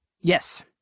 Yes